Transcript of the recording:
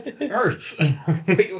Earth